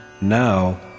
Now